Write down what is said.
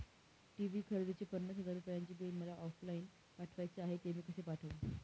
TV खरेदीचे पन्नास हजार रुपयांचे बिल मला ऑफलाईन पाठवायचे आहे, ते मी कसे पाठवू?